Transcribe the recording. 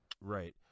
Right